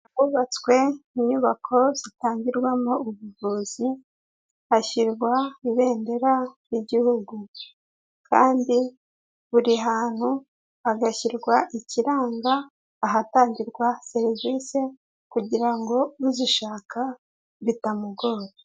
Hubatswe inyubako zitangirwamo ubuvuzi, hashyirwa ibendera ry'igihugu kandi buri hantu hagashyirwa ikiranga ahatangirwa serivisi kugira ngo uzishaka bitamugoye.